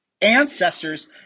ancestors